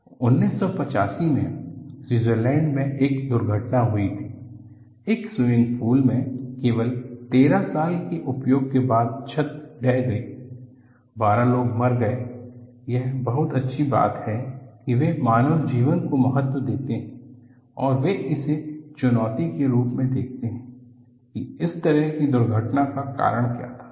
तो 1985 में स्विट्जरलैंड में एक दुर्घटना हुई थी एक स्विमिंग पूल में केवल 13 साल के उपयोग के बाद छत ढह गई 12 लोग मारे गए यह बहुत अच्छी बात है की वे मानव जीवन को महत्व देते हैं और वे इसे चुनौती के रूप में देखते हैं कि इस तरह की दुर्घटना का कारण क्या था